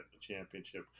championship